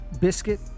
Biscuit